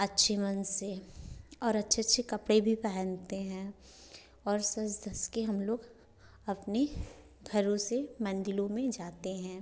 अच्छे मन से और अच्छे अच्छे कपड़े भी पहनते हैं और सज धज के हम लोग अपने घरों से मंदिरों में जाते हैं